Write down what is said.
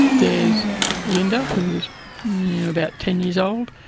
there's linda who's about ten years old,